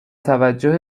توجه